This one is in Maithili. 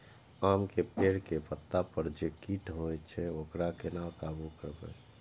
आम के पेड़ के पत्ता पर जे कीट होय छे वकरा केना काबू करबे?